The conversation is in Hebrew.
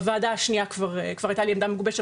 ובוועדה השנייה כבר הייתה לי עמדה מגובשת.